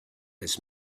this